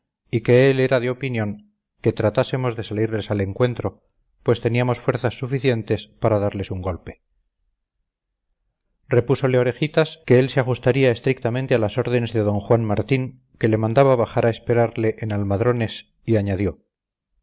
y que él era de opinión que tratásemos de salirles al encuentro pues teníamos fuerzas suficientes para darles un golpe repúsole orejitas que él se ajustaría estrictamente a las órdenes de don juan martín que le mandaba bajar a esperarle en almadrones y añadió